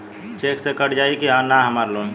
Check से cut जाई की ना हमार लोन?